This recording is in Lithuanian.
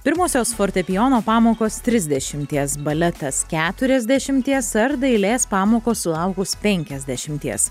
pirmosios fortepijono pamokos trisdešimties baletas keturiasdešimties ar dailės pamokos sulaukus penkiasdešimties